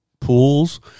pools